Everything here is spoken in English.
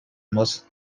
most